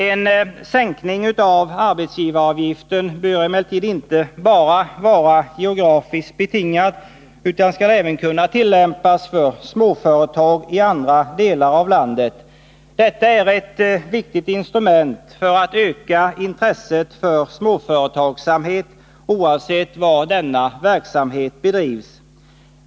En sänkning av arbetsgivaravgiften bör emellertid inte bara vara geografiskt betingad utan skall även kunna tillämpas för småföretag i andra delar av landet än dem som berörs av regionala stödåtgärder. Detta är ett viktigt instrument för att öka intresset för småföretagsamhet, oavsett var denna verksamhet bedrivs.